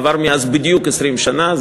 עברו מאז בדיוק 20 שנה.